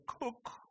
cook